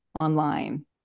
online